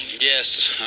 Yes